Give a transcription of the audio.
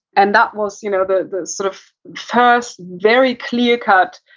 and that was you know the the sort of first, very clear cut,